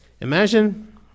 Imagine